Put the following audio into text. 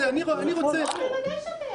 הוא נתן צו להסיר את התוכן?